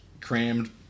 crammed